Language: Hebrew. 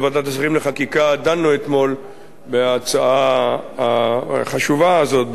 בוועדת השרים לחקיקה דנו באתמול בהצעה החשובה הזאת,